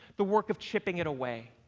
the work of chipping it away,